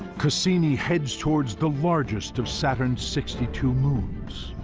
cassini heads towards the largest of saturn's sixty two moons,